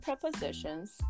prepositions